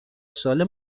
ساله